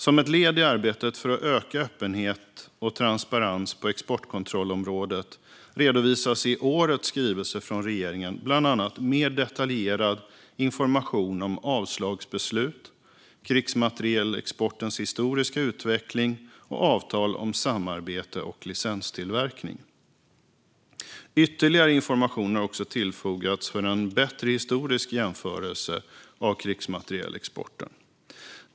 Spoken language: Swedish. Som ett led i arbetet för ökad öppenhet och transparens på exportkontrollområdet redovisas i årets skrivelse från regeringen bland annat mer detaljerad information om avslagsbeslut, krigsmaterielexportens historiska utveckling samt avtal om samarbete och licenstillverkning. Ytterligare information har också tillfogats för en bättre historisk jämförelse av krigsmaterielexporten.